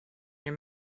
your